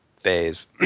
phase